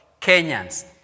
Kenyans